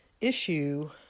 issue